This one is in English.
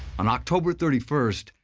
on october thirty first,